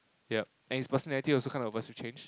yup and his personality also kind of averse to change